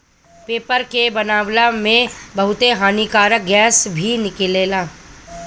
paper के बनावला में बहुते हानिकारक गैस भी निकलेला